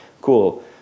cool